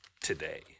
today